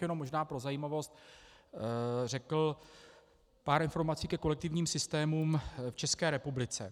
Jenom bych možná pro zajímavost řekl pár informací ke kolektivním systémům v České republice.